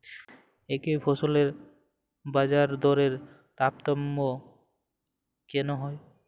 একই ফসলের বাজারদরে তারতম্য কেন হয়?